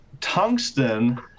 Tungsten